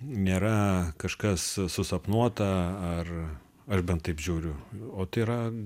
nėra kažkas susapnuota ar aš bent taip žiūriu o tai yra